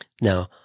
Now